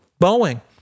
Boeing